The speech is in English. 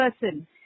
person